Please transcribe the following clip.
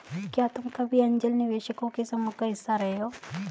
क्या तुम कभी ऐन्जल निवेशकों के समूह का हिस्सा रहे हो?